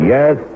Yes